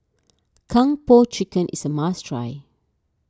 Kung Po Chicken is a must try